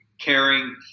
caring